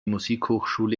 musikhochschule